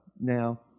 now